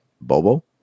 Bobo